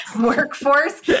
workforce